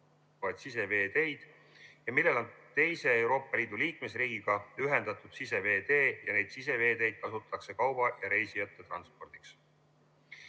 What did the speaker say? siseveeteid ja millel on teise Euroopa Liidu liikmesriigiga ühendatud siseveetee ning neid siseveeteid kasutatakse kauba ja reisijate transpordiks.